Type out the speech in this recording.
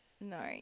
no